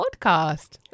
podcast